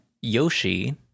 yoshi